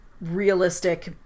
realistic